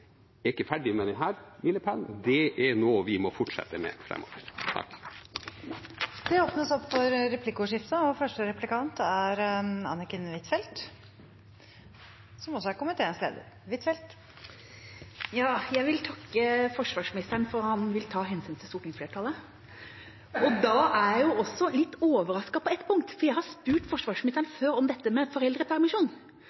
ikke er ferdig med denne milepælen. Det er noe vi må fortsette med framover. Det blir replikkordskifte. Jeg vil takke forsvarsministeren for at han vil ta hensyn til stortingsflertallet. Men da er jeg også litt overrasket på ett punkt. Jeg har spurt forsvarsministeren